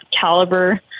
caliber